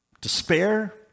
despair